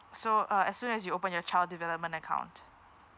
so uh as soon as you open your child development account